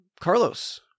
Carlos